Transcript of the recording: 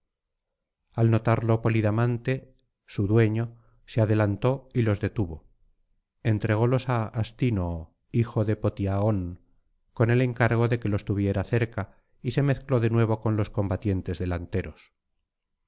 al notarlo polidamante su dueño se adelantó y los detuvo entrególos á astínoo hijo de protiaón con el encargo de que los tuviera cerca y se mezcló de nuevo con los combatientes delanteros